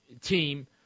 team